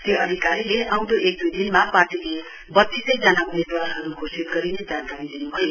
श्री अधिकारीले आउँदो एक दुई दिनमा पार्टीले वत्तीसै जना उम्मेदवारहरु घोषित गरिने जानकारी दिनुभयो